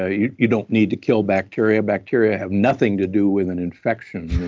ah you you don't need to kill bacteria bacteria have nothing to do with an infection.